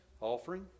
offering